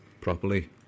properly